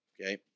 okay